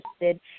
interested